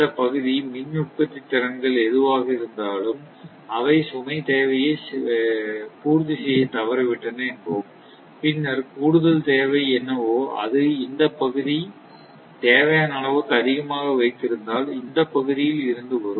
இந்த பகுதி மின் உற்பத்தி திறன்கள் எதுவாக இருந்தாலும் அவை சுமை தேவையை பூர்த்தி செய்யத் தவறிவிட்டன என்போம் பின்னர் கூடுதல் தேவை என்னவோ அது இந்த பகுதி தேவையான அளவுக்கு அதிகமாக வைத்திருந்தால் இந்த பகுதியில் இருந்து வரும்